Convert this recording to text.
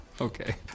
Okay